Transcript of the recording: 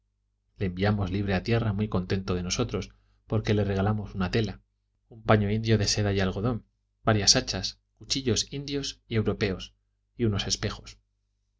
le enviamos libre a tierra muy contento de nosotros porque le regalamos una tela un paño indio de seda y algodón varias hachas cuchillos indios y europeos y unos espejos